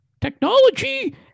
technology